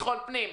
ביטחון פנים,